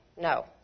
No